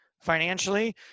financially